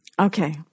Okay